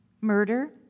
murder